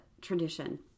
tradition